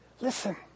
Listen